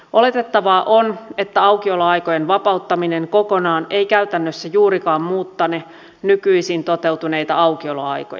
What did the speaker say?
oletettavaa on että aukioloaikojen vapauttaminen kokonaan ei käytännössä juurikaan muuttane nykyisin toteutuneita aukioloaikoja